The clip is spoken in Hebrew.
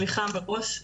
סליחה מראש.